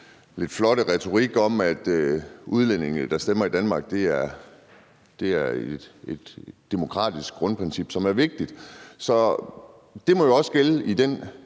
lidt flotte retorik om, at det med udlændinge, der stemmer i Danmark, er et demokratisk grundprincip, som er vigtigt. Det må jo så også gælde i den